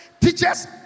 teachers